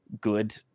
good